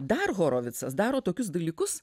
dar horovicas daro tokius dalykus